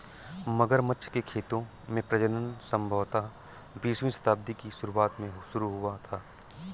मगरमच्छ के खेतों में प्रजनन संभवतः बीसवीं शताब्दी की शुरुआत में शुरू हुआ था